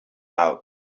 out